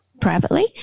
privately